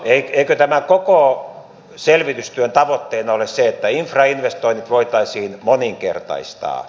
eikö tämän koko selvitystyön tavoitteena ole se että infrainvestoinnit voitaisiin moninkertaistaa